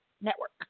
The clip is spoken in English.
network